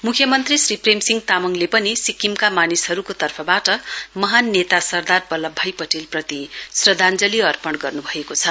मुख्यमन्त्री श्री प्रेमसिंह तामङले सिक्किमका मानिसहरुको तर्फवाट महान नेता सरदार बल्लभ भाई पटेलप्रति श्रध्दाञ्जली अपर्ण गर्नुभएको छ